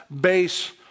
base